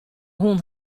hûn